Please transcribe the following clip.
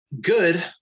good